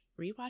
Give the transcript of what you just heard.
Rewatch